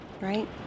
right